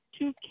two